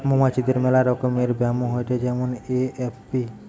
মৌমাছিদের মেলা রকমের ব্যামো হয়েটে যেমন এ.এফ.বি